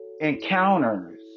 Encounters